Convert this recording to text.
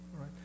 right